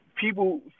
people